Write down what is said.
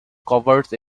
covers